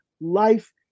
life